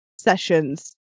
sessions